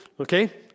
Okay